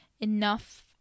enough